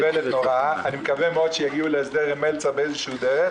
אני מקווה שיגיעו להסדר עם מלצר באיזושהי דרך,